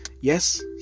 Yes